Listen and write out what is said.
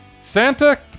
Santa